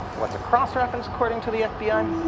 what's a cross-reference according to the fbi? um